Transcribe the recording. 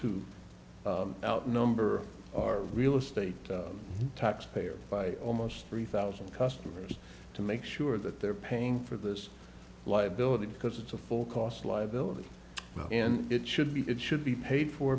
who outnumber our real estate tax payers by almost three thousand customers to make sure that they're paying for this liability because it's a full cost liability and it should be it should be paid fo